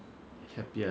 ya